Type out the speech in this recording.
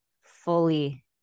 fully